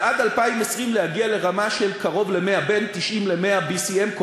ועד 2020 להגיע לרמה של בין 90 ל-100 BCM,